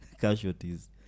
casualties